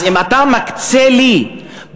אז אם אתה מקצה לי פחות,